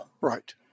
right